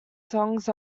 songs